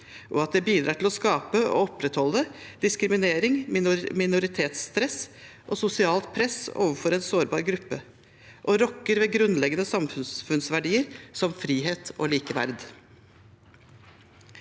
Det bidrar til å skape og opprettholde diskriminering, minoritetsstress og sosialt press overfor en sårbar gruppe og rokker ved grunnleggende samfunnsverdier som frihet og likeverd.